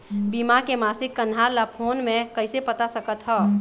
बीमा के मासिक कन्हार ला फ़ोन मे कइसे पता सकत ह?